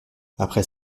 après